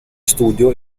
studio